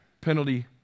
Penalty